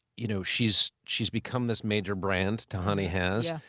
you know, she's she's become this major brand, tahani has. yeah.